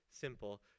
simple